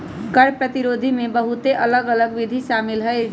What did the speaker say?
कर प्रतिरोध में बहुते अलग अल्लग विधि शामिल हइ